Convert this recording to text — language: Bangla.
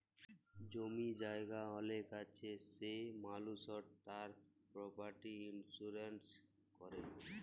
জমি জায়গা অলেক আছে সে মালুসট তার পরপার্টি ইলসুরেলস ক্যরে